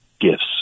gifts